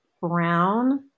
Brown